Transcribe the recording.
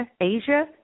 Asia